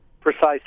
Precisely